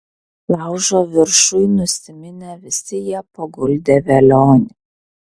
laužo viršuj nusiminę visi jie paguldė velionį